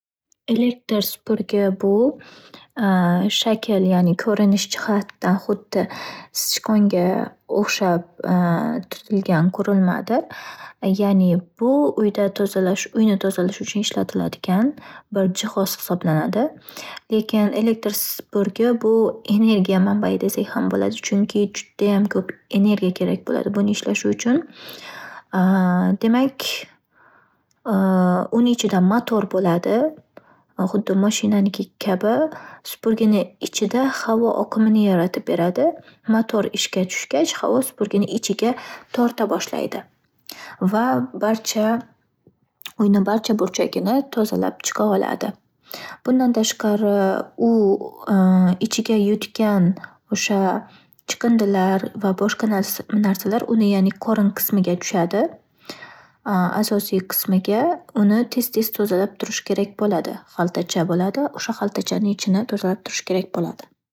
Elektr supurgi bu - shakl ya'ni ko'rinish jihatdan xuddi sichqonga o'xshab tuzilgan qurilmadir. Ya'ni, bu uyda tozalash - uyni tozalash uchun ishlatiladigan bir jihoz hisoblanadi. Lekin, elektr supurgi bu energiya manbayi desak ham bo'ladi, chunki judayam ko'p energiya kerak bo'ladi buni ishlashi uchun. Demak, uni ichida motor bo'ladi, xuddi moshinaniki kabi supurgini ichida havo oqimini yaratib beradi. Motor ishga tushgach havo supurgini ichiga torta boshlaydi va barcha- uyni barcha burchagini tozalab chiqa oladi. Bundan tashqari, u ichiga yutgan o'sha chiqindilar va boshqa narsa- narsalar uni ya'ni qorin qismiga tushadi, asosiy qismiga. Uni tez-tez tozalab turish kerak bo'ladi. Xaltacha bo'ladi, o'sha xaltachani ichini tozalab turish kerak bo'ladi.